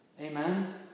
Amen